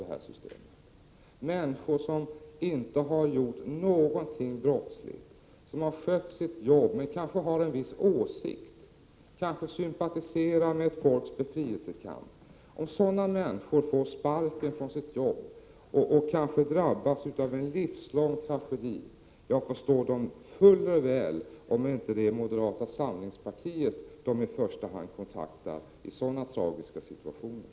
Om människor som inte har gjort någonting brottsligt utan skött sitt jobb men kanske har en viss åsikt och kanske sympatiserar med ett folks befrielsekamp får sparken från sitt jobb och kanske drabbas av en livslång tragedi, då förstår jag fuller väl att det inte är moderata samlingspartiet som de i första hand kontaktar i sådana tragiska situationer.